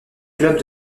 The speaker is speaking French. clubs